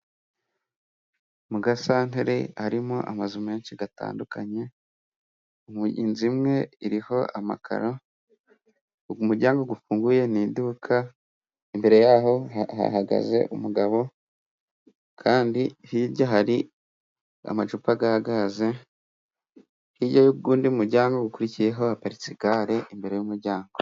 Mu gasantere harimo amazu menshi atandukanye, inzu imwe iriho amakaro umuryango ufunguye ni iduka, imbere yaho hahagaze umugabo kandi hirya hari amacupa ya gaze, hirya y'uwundi muryango ukurikiyeho haparitse igare imbere y'umuryango.